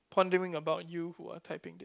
pondering about you who are typing this